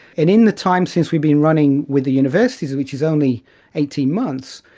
and in the time since we've been running with the universities, which is only eighteen months,